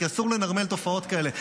כי אסור לנרמל תופעות כאלה.